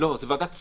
לא, זה ועדת שרים,